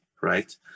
right